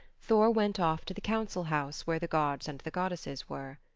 thor went off to the council house where the gods and the goddesses were.